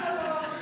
לא, לא, לא.